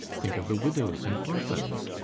think of the widows and orphans!